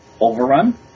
Overrun